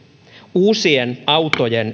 uusien autojen